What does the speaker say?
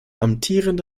amtierende